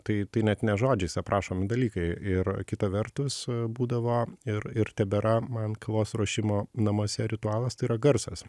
tai tai net ne žodžiais aprašomi dalykai ir kita vertus būdavo ir ir tebėra man kavos ruošimo namuose ritualas tai yra garsas